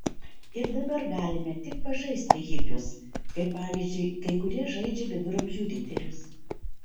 ir dabar galime tik pažaisti hipius kaip pavyzdžiui kai kurie žaidžia viduramžių riterius